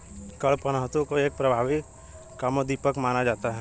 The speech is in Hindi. कडपहनुत को एक प्रभावी कामोद्दीपक माना जाता है